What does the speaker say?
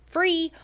free